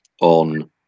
on